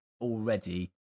already